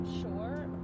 sure